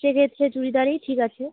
সে যে সে চুড়িদারেই ঠিক আছে